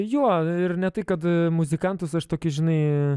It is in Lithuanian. jo ir ne tai kad muzikantus aš tokį žinai